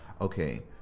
okay